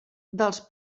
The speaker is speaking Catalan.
dels